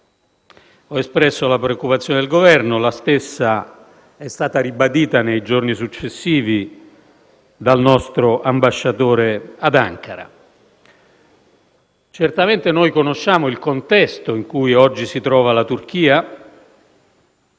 Ho espresso la preoccupazione del Governo e la stessa è stata ribadita nei giorni successivi dal nostro ambasciatore ad Ankara. Certamente conosciamo il contesto in cui oggi si trova la Turchia;